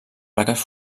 plaques